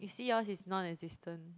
you see yours is non-existent